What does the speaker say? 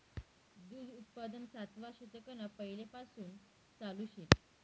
दूध उत्पादन सातवा शतकना पैलेपासून चालू शे